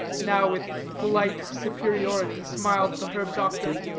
now with polite superiority smiled the herb-doctor,